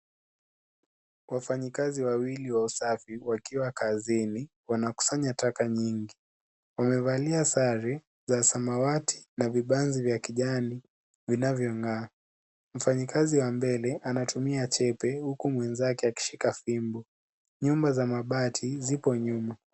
Wafanyikazi wawili wa usafi wakiwa kazini wanakusanya taka nyingi. Wamevalia sare za samawati na vibanzi vya kijani vinavong'aa. Mfanyikazi wa mbele anatumia chepe huku mwenzake akishika fimbo. Nyumba za mabati zipo nyuma.